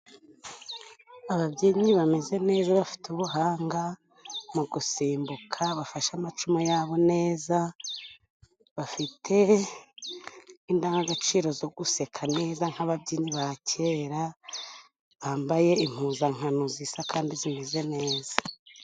Ababyinnyi bameze neza bafite ubuhanga, mu gusimbuka bafashe amacumu yabo neza, bafite indangagaciro zo guseka neza, nk'ababyinnyi ba kera bambaye impuzankano zisa kandi zimeze neza.